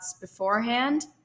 beforehand